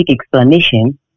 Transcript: explanation